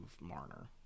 Marner